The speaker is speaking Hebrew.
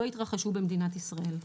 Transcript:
לא יתרחשו במדינת ישראל.